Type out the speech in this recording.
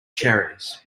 cherries